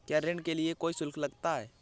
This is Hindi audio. क्या ऋण के लिए कोई शुल्क लगता है?